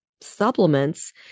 supplements